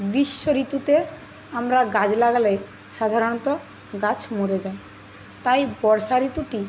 গ্রীষ্ম ঋতুতে আমরা গাছ লাগালে সাধারণত গাছ মরে যায় তাই বর্ষা ঋতুটি